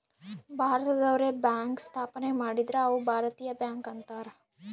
ಭಾರತದವ್ರೆ bank ಸ್ಥಾಪನೆ ಮಾಡಿದ್ರ ಅವು ಭಾರತೀಯ ಬ್ಯಾಂಕ್ ಅಂತಾರ